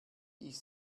ich